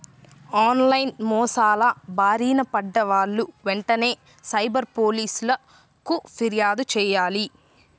on line మోసాల బారిన పడ్డ వాళ్ళు వెంటనే సైబర్ పోలీసులకు పిర్యాదు చెయ్యాలి